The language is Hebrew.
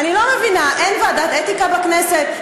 אני לא מבינה, אין ועדת אתיקה בכנסת?